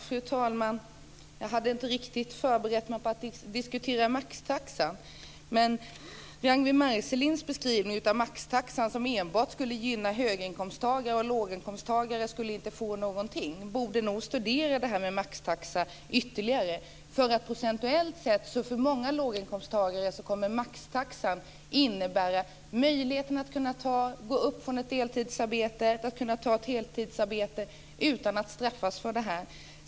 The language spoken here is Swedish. Fru talman! Jag hade inte riktigt förberett mig på att diskutera maxtaxan. Ragnwi Marcelind beskrev maxtaxan som att den enbart skulle gynna höginkomsttagare medan låginkomsttagare inte får någonting. Hon borde nog studera detta med maxtaxan ytterligare. Procentuellt sett kommer maxtaxan för många låginkomsttagare att innebära en möjlighet att gå upp från ett deltidsarbete till ett heltidsarbete utan att straffas för det.